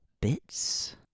bits